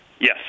Yes